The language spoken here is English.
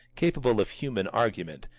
capable of human argument,